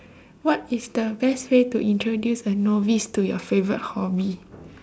what is the best way to introduce a novice to your favourite hobby